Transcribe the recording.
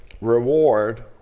reward